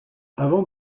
avant